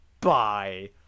Bye